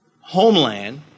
homeland